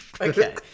Okay